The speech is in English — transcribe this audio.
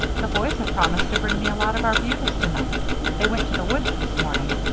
the boys have promised to bring me a lot of arbutus tonight they went to the woods this morning.